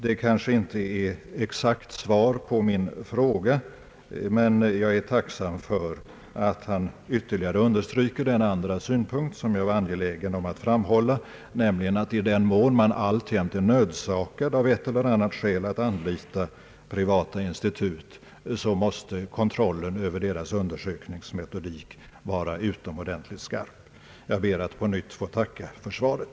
Det kanske inte är exakt svar på min fråga, men jag är tacksam för att han ytterligare understryker den andra synpunkt som jag var angelägen om att framhålla, nämligen att i den mån man alltjämt är nödsakad av ett eller annat skäl att anlita privata institut så måste kontrollen över deras undersökningsmetodik vara utomordentligt skarp. Jag ber att på nytt få tacka för svaret.